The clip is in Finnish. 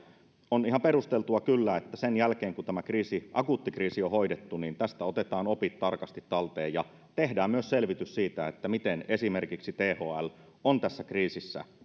on ihan perusteltua kyllä että sen jälkeen kun tämä akuutti kriisi on hoidettu tästä otetaan opit tarkasti talteen ja tehdään myös selvitys siitä miten esimerkiksi thl on tässä kriisissä